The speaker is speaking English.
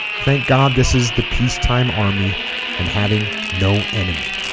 thank god this is the peacetime army and having no enemy